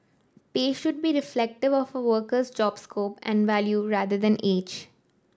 pay should be reflective of a worker's job scope and value rather than age